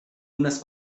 unas